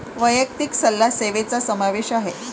वैयक्तिक सल्ला सेवेचा समावेश आहे